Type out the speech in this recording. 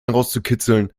herauszukitzeln